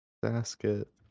Basket